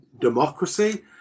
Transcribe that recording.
democracy